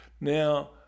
Now